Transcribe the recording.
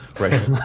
right